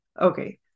Okay